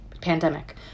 pandemic